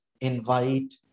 invite